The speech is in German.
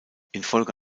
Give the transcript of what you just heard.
infolge